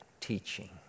teaching